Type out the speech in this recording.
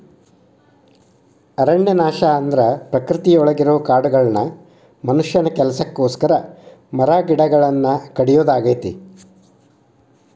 ಅರಣ್ಯನಾಶ ಅಂದ್ರ ಪ್ರಕೃತಿಯೊಳಗಿರೋ ಕಾಡುಗಳನ್ನ ಮನುಷ್ಯನ ಕೆಲಸಕ್ಕೋಸ್ಕರ ಮರಗಿಡಗಳನ್ನ ಕಡಿಯೋದಾಗೇತಿ